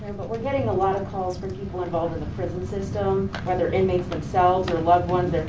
and but we're getting a lot of calls for people involved in the prison system, whether inmates themselves or loved ones